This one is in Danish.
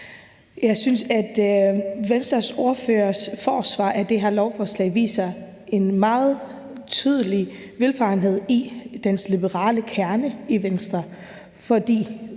Jeg synes, at Venstres ordførers forsvar for det her lovforslag viser en meget tydelig vildfarelse i forhold til den liberale kerne i Venstre,